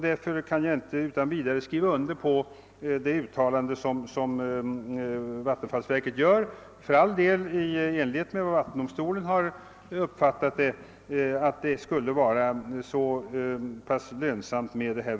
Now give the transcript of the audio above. Därför kan jag inte utan vidare skriva under det uttalande som vattenfallsverket gör — för all del i enlighet med hur vattendomstolen har uppfattat det — att detta kraftverk skulle vara så lönsamt.